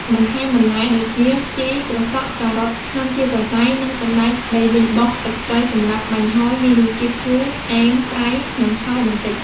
បន្ថែមបន្លែដូចជា ជី ត្រសក់ ការ៉ុតហាន់ជាសរសៃ និងសណ្ដែកដីលីងបុក ទឹកត្រីសម្រាប់បាញ់ហ៊យមានរសជាតិជូរ អែម ប្រៃ និងហឹរបន្តិច។